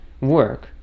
work